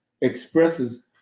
expresses